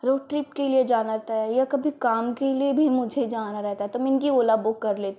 road trip के लिए जाना रहता है या कभी काम के लिए भी मुझे जाना रहता है तो मैं इनकी ओला बुक कर लेती हूँ